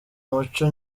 muco